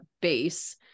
base